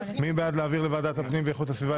מי בעד להעביר לוועדת הפנים ואיכות הסביבה,